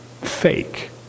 fake